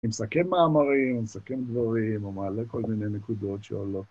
הוא מסכם מאמרים, הוא מסכם דברים, הוא מעלה כל מיני נקודות ש...